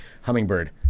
hummingbird